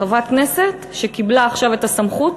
חברת כנסת שקיבלה עכשיו את הסמכות